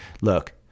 look